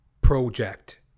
project